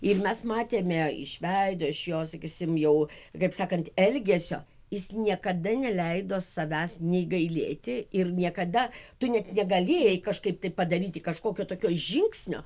ir mes matėme iš veido iš jo sakysim jau kaip sakant elgesio jis niekada neleido savęs nei gailėti ir niekada tu net negalėjai kažkaip tai padaryti kažkokio tokio žingsnio